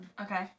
Okay